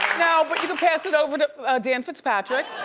no, but you can pass it over to dan fitzpatrick.